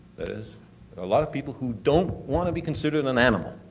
there's a lot of people who don't want to be considered an animal.